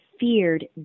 Feared